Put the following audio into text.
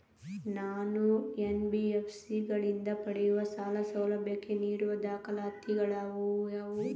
ನಾನು ಎನ್.ಬಿ.ಎಫ್.ಸಿ ಗಳಿಂದ ಪಡೆಯುವ ಸಾಲ ಸೌಲಭ್ಯಕ್ಕೆ ನೀಡುವ ದಾಖಲಾತಿಗಳಾವವು?